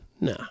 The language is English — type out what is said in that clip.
nah